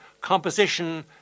composition